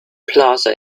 plaza